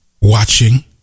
watching